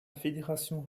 fédération